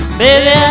baby